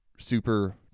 Super